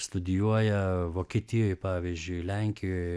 studijuoja vokietijoj pavyzdžiui lenkijoj